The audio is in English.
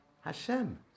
Hashem